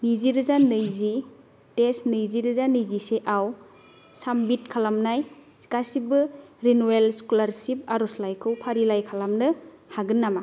नैजि रोजा नैजि देस नैजि रोजा नैजिसे आव साबमिट खालामनाय गासिबो रेनिउयेल स्क'लारशिफ आरजलाइखौ फारिलाइ खालामनो हागोन नामा